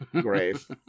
grave